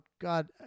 God